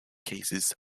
cases